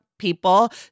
People